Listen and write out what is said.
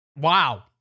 Wow